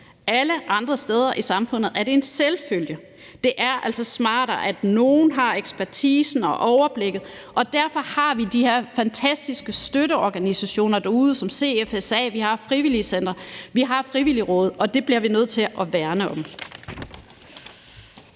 Alle andre steder i samfundet er det en selvfølge. Det er altså smartere, at nogen har ekspertisen og overblikket, og derfor har vi de her fantastiske støtteorganisationer derude som CFSA, og vi har frivilligcentre og frivilligråd, og det bliver vi nødt til at værne om.